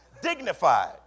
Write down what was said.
Dignified